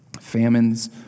famines